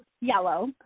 yellow